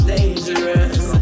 Dangerous